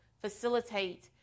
facilitate